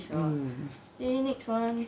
mm